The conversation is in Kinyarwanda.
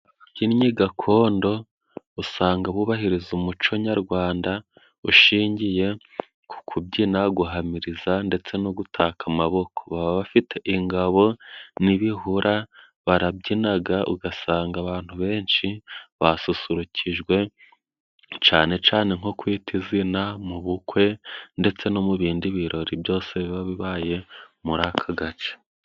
Ababyinnyi gakondo usanga bubahiriza umuco nyarwanda ushingiye ku kubyina, guhamiriza ndetse no gutaka amaboko. Baba bafite ingabo n'ibihura, barabyinaga ugasanga abantu benshi basusurukijwe cane cane nko kwita izina, mu bukwe ndetse no mu bindi birori byose biba bibaye muri aka gace.